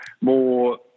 more